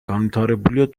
განვითარებულია